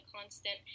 constant